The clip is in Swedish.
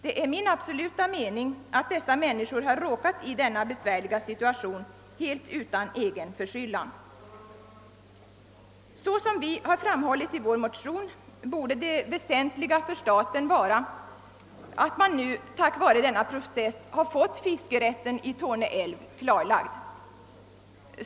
Det är min absoluta mening att dessa människor har råkat i denna besvärliga situation helt utan egen förskyllan. Såsom vi framhållit i vår motion borde det väsentliga för staten vara att man nu, tack vare denna process, fått fiskerätten i Torne älv klarlagd.